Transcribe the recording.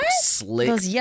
slick